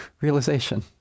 realization